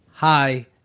hi